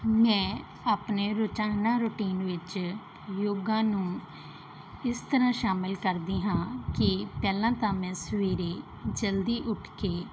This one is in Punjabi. ਮੈਂ ਆਪਣੇ ਰੋਜ਼ਾਨਾ ਰੂਟੀਨ ਵਿੱਚ ਯੋਗਾ ਨੂੰ ਇਸ ਤਰ੍ਹਾਂ ਸ਼ਾਮਿਲ ਕਰਦੀ ਹਾਂ ਕਿ ਪਹਿਲਾਂ ਤਾਂ ਮੈਂ ਸਵੇਰੇ ਜਲਦੀ ਉੱਠ ਕੇ